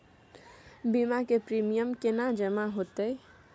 बीमा के प्रीमियम केना जमा हेते?